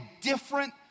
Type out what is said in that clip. different